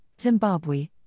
Zimbabwe